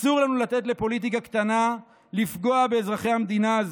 אסור לנו לתת לפוליטיקה קטנה לפגוע באזרחי המדינה הזאת.